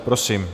Prosím.